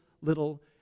little